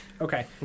Okay